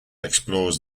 explores